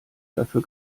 dafür